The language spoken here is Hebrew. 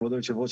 כבוד יושב הראש,